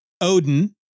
Odin